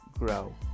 grow